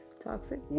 Toxic